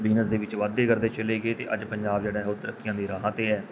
business ਦੇ ਵਿੱਚ ਵਾਧੇ ਕਰਦੇ ਚਲੇ ਗਏ ਅਤੇ ਅੱਜ ਪੰਜਾਬ ਜਿਹੜਾ ਉਹ ਤਰੱਕੀਆਂ ਦੀ ਰਾਹਾਂ 'ਤੇ ਹੈ